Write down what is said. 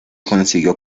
consiguió